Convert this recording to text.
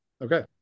okay